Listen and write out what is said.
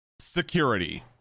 security